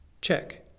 Check